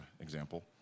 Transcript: example